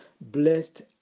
blessed